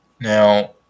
Now